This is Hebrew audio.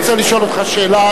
אני רוצה לשאול אותך שאלה,